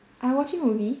I'm watching movie